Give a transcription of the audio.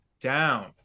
down